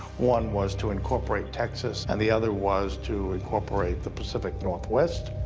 one was to incorporate texas, and the other was to incorporate the pacific northwest,